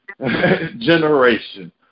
generation